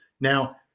Now